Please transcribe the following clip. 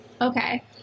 Okay